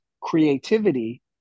creativity